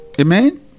Amen